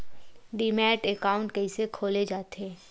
Demat account कइसे खोले जाथे?